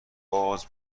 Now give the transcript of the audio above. باز